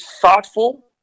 thoughtful